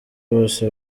bose